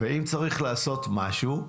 ואם צריך לעשות משהו,